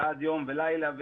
יום ולילה,